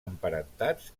emparentats